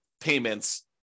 payments